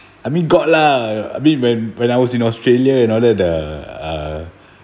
I mean got lah I mean when when I was in australia and all that the uh